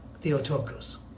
Theotokos